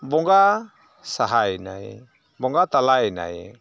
ᱵᱚᱸᱜᱟ ᱥᱟᱦᱟᱭᱮᱱᱟᱭ ᱵᱚᱸᱜᱟ ᱛᱟᱞᱟᱭᱮᱱᱟᱭ